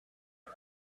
him